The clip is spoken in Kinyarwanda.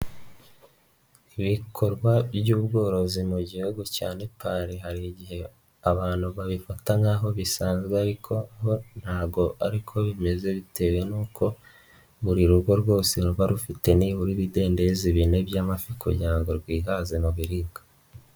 Ibikorwa by'ubworozi mu gihugu cya Nepal hari igihe abantu babifata nk'aho bisanzwe ariko bo ntabwo ari bimeze bitewe n'uko buri rugo rwose ruba rufite nibura ibidendezi bine by'amafi kugira ngo rwihaze mu biribwa.